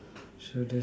so there's